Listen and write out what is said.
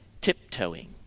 tiptoeing